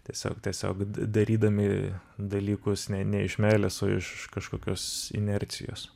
tiesiog tiesiog darydami dalykus ne ne iš meilės o iš kažkokios inercijos